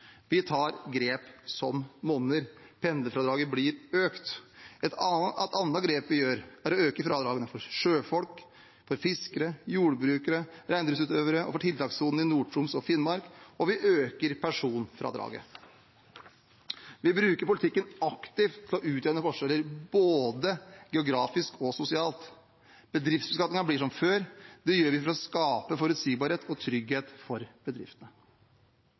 Vi tar grep som monner, pendlerfradraget blir økt. Et annet grep vi gjør, er å øke fradragene for sjøfolk, for fiskere, for jordbrukere, for reindriftsutøvere og for tiltakssonen i Nord-Troms og Finnmark. Vi øker personfradraget. Vi bruker politikken aktivt til å utjevne forskjeller både geografisk og sosialt. Bedriftsbeskatningen blir som før. Det gjør vi for å skape forutsigbarhet og trygghet for bedriftene.